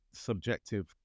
subjective